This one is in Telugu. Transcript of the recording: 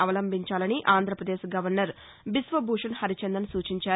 అవలంబించాలని ఆంధ్రప్రదేశ్ గవర్నర్ బీశ్వభూషణ్ హరిచందన్ సూచించారు